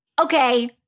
Okay